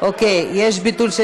יש ביטול?